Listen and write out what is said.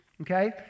Okay